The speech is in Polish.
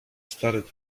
stary